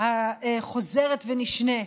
החוזרת ונשנית.